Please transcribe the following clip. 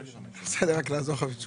אגב, אני הייתי